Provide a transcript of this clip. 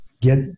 get